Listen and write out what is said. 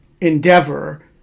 endeavor